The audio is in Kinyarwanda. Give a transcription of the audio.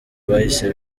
bahise